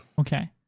okay